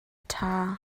ṭha